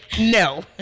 no